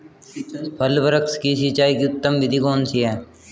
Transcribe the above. फल वृक्ष की सिंचाई की उत्तम विधि कौन सी है?